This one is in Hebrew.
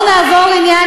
מה זאת ההסתה הזאת?